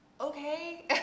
okay